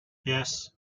yes